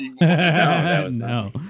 No